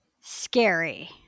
scary